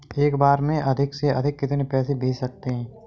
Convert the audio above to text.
एक बार में अधिक से अधिक कितने पैसे भेज सकते हैं?